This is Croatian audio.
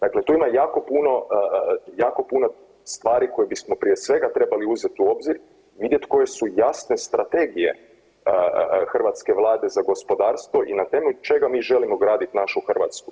Dakle, tu ima jako puno, jako puno stvari koje bismo prije svega trebali uzet u obzir, vidjet koje su jasne strategije hrvatske vlade za gospodarstvo i na temelju čega mi želimo gradit našu Hrvatsku.